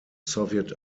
soviet